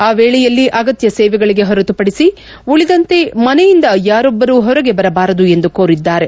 ಆ ವೇಳೆಯಲ್ಲಿ ಅಗತ್ನ ಸೇವೆಗಳಿಗೆ ಹೊರತುಪಡಿಸಿ ಉಳಿದಂತೆ ಮನೆಯಿಂದ ಯಾರೊಬ್ಬರೂ ಹೊರಗೆ ಬರಬಾರದು ಎಂದು ಕೋರಿದ್ದಾರೆ